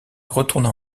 retourna